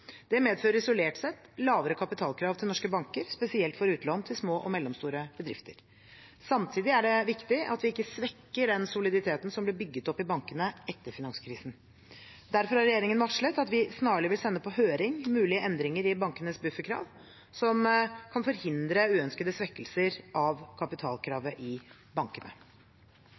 Det medfører isolert sett lavere kapitalkrav til norske banker, spesielt for utlån til små og mellomstore bedrifter. Samtidig er det viktig at vi ikke svekker den soliditeten som ble bygget opp i bankene etter finanskrisen. Derfor har regjeringen varslet at vi snarlig vil sende på høring mulige endringer i bankenes bufferkrav, som kan forhindre uønskede svekkelser av kapitalkravet i bankene.